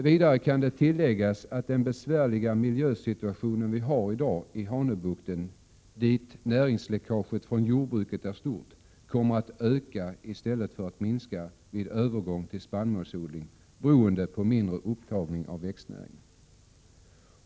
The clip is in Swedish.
Vidare kan tilläggas att den i dag besvärliga miljösituationen i Hanöbukten, dit näringsläckaget från jordbruket är stort, kommer att bli sämre i stället för bättre vid övergång till spannmålsodling, beroende på mindre upptagning av växtnäring.